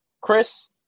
Chris